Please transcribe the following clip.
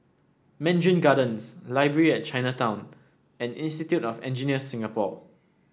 Mandarin Gardens Library at Chinatown and Institute of Engineers Singapore